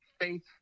faith